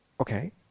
Okay